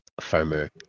farmer